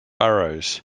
burrows